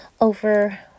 over